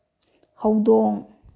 ꯍꯧꯗꯣꯡ